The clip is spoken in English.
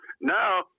now